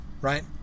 right